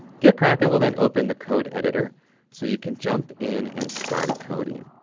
gitkraken will then open the code editor so you can jump in and start coding.